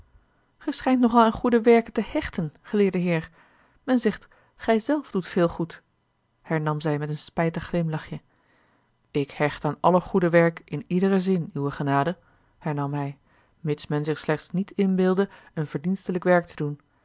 gij schijnt nogal aan goede werken te hechten geleerde heer men zegt gij zelf doet veel goed hernam zij met een spijtig glimlachje ik hecht aan alle goede werk in iederen zin uwe genade hernam hij mits men zich slechts niet inbeelde een verdienstelijk werk te doen